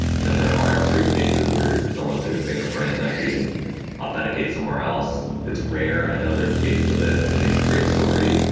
you know there are extreme cases where someone took a fingerprint and actually can authenticate somewhere else. it's rare. i know there are cases of it and it makes a great story,